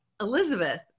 Elizabeth